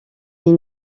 est